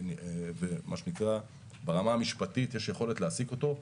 ומה שנקרא ברמה המשפטית יש יכולת להעסיק אותו.